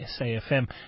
SAFM